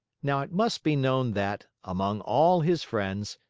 now it must be known that, among all his friends,